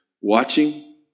watching